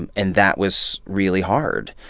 and and that was really hard.